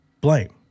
Blame